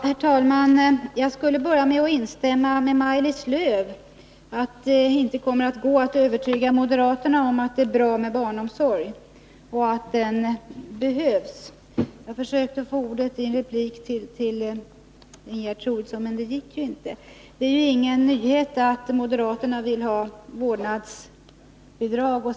Herr talman! Jag skall börja med att instämma med Maj-Lis Lööw i att det inte kommer att gå att övertyga moderaterna om att barnomsorg är bra och att den behövs. — Jag försökte få ordet tidigare, i en replik till Ingegerd Troedsson, men det gick inte. Det är ingen nyhet att moderaterna vill satsa på vårdnadsbidrag.